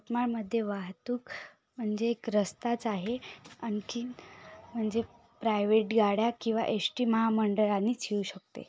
यवतमाळमध्ये वाहतूक म्हणजे एक रस्ताच आहे आणखीन म्हणजे प्रायव्हेट गाड्या किंवा एस टी महामंडळानेच येऊ शकते